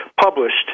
published